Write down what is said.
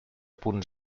punt